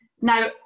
Now